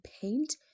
paint